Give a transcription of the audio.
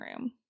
room